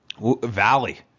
Valley